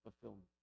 fulfillment